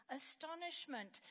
astonishment